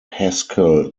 haskell